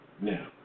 Now